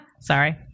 Sorry